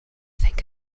think